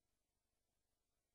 הם צריכים להתמקד.